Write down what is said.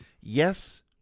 Yes